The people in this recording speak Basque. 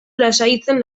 lasaitzen